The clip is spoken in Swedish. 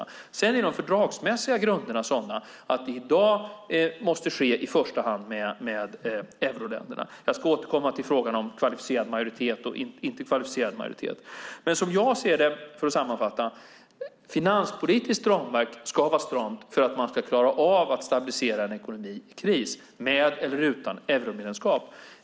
De fördragsmässiga grunderna är sådana att det i dag måste ske i första hand med euroländerna. Jag återkommer till frågan om kvalificerad majoritet och inte kvalificerad majoritet. Ett finanspolitiskt ramverk ska vara stramt för att man ska klara av att stabilisera en ekonomi i kris med eller utan euromedlemskap.